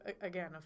again